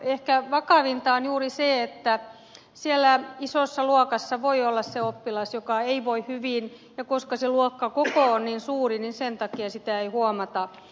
ehkä vakavinta on juuri se että siellä isossa luokassa voi olla se oppilas joka ei voi hyvin ja koska se luokkakoko on niin suuri niin sen takia sitä ei huomata